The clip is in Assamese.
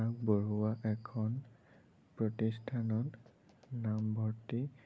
আগবঢ়োৱা এখন প্ৰতিষ্ঠানত নামভৰ্তি